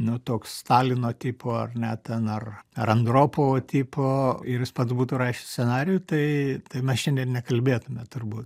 nu toks stalino tipo ar ne ten ar ar andropovo tipo ir jis pats būtų rašęs scenarijų tai tai mes šiandien nekalbėtume turbūt